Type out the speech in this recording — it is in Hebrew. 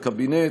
הקבינט.